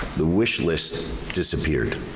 the wish list disappeared